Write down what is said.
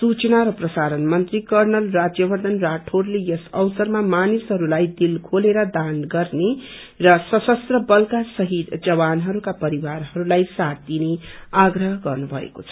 सूचना र प्रसारण मंत्री कर्नल राज्य वर्थन राठौंडले यस अवसरमा कानिसहरूलाई दिल खेलेर दान गर्ने र सशस्त्र बलका शहीद जवानहरूका परिवारहरूलाई साथ दिने आग्रह गर्नुभएको छ